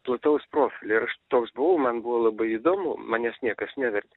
plataus profilio ir aš toks buvau man buvo labai įdomu manęs niekas nevertė